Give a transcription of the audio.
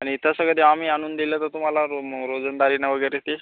आणि तसं कधी आम्ही आणून दिलं तर तुम्हाला रो रोजंदारीनं वगैरे ते